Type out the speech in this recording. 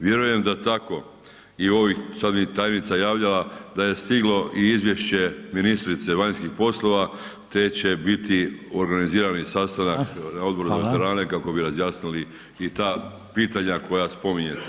Vjerujem da tako i u ovih, sada mi je tajnica javljala da je stiglo i izvješće ministrice vanjskih poslova te će biti organizirani sastanak Odbora za veterane kako bi razjasnili i ta pitanja koja spominjete.